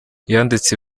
yanditse